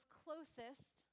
closest